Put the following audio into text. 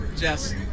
jess